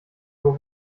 nur